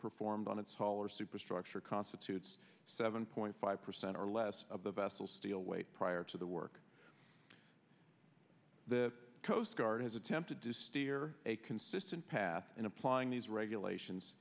performed on its color superstructure constitutes seven point five percent or less of the vessel steel weight prior to the work the coast guard has attempted to steer a consistent path in applying these regulations